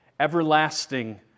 Everlasting